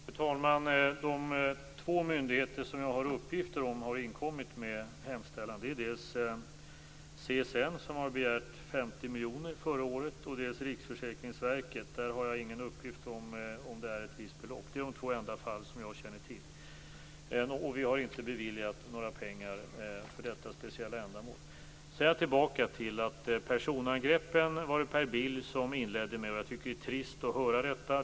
Fru talman! De två myndigheter som jag har uppgifter om att de har inkommit med hemställan är dels CSN, som begärde 50 miljoner förra året, dels Riksförsäkringsverket. Där har jag ingen uppgift om ifall det gällde ett visst belopp. Dessa är de enda två fall jag känner till. Regeringen har inte beviljat några pengar för detta speciella ändamål. Jag kommer tillbaka till att det var Per Bill som inledde personangreppen. Jag tycker att det är trist att höra detta.